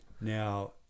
Now